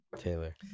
Taylor